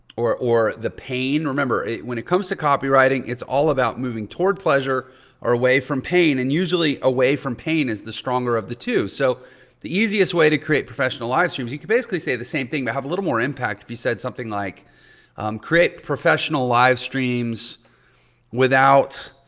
or or the pain. remember when it comes to copywriting, it's all about moving toward pleasure or away from pain and usually away from pain is the stronger of the two. so the easiest way to create professional live streams, you can basically say the same thing but have a little more impact if you said something like um create professional live streams without,